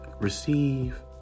receive